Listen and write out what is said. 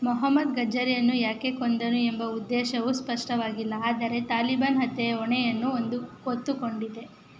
ಮೊಹಮ್ಮದ್ ಗಜ್ಜರಿಯನ್ನು ಯಾಕೆ ಕೊಂದನು ಎಂಬ ಉದ್ದೇಶವೂ ಸ್ಪಷ್ಟವಾಗಿಲ್ಲ ಆದರೆ ತಾಲಿಬಾನ್ ಹತ್ಯೆಯ ಹೊಣೆಯನ್ನು ಒಂದು ಹೊತ್ತುಕೊಂಡಿದೆ